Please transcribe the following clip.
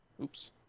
Oops